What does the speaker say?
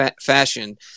fashion